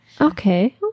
Okay